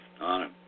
honor